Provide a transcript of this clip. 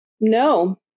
No